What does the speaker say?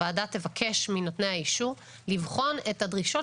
הוועדה תבקש מנותני האישור לבחון את הדרישות